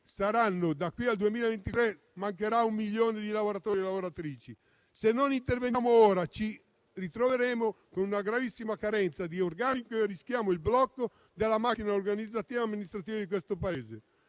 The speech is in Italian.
che da qui al 2023 mancherà un milione di lavoratori e lavoratrici. Se non interveniamo ora ci ritroveremo con una gravissima carenza di organico e rischiamo il blocco della macchina organizzativa e amministrativa di questo Paese.